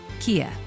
Kia